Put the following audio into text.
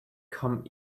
come